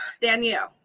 Danielle